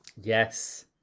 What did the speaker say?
Yes